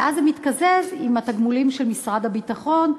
ואז זה מתקזז עם התגמולים של משרד הביטחון,